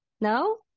No